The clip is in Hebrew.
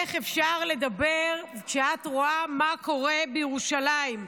איך אפשר לדבר כשאת רואה מה קורה בירושלים,